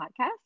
podcast